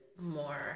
more